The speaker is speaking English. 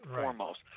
foremost